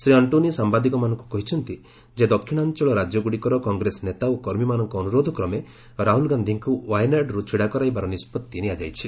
ଶ୍ରୀ ଆଣ୍ଟ୍ରୋନି ସାମ୍ବାଦିକମାନଙ୍କୁ କହିଛନ୍ତି ଯେ ଦକ୍ଷିଣାଞ୍ଚଳ ରାଜ୍ୟଗୁଡ଼ିକର କଂଗ୍ରେସ ନେତା ଓ କର୍ମୀମାନଙ୍କ ଅନୁରୋଧକ୍ରମେ ରାହୁଲ ଗାନ୍ଧିଙ୍କୁ ୱାୟାନାଡ଼ରୁ ଛିଡ଼ା କରାଇବାର ନିଷ୍ପଭି ନିଆଯାଇଛି